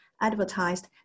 advertised